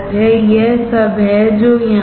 यह सब है जो यहां है